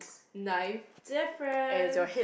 ninth difference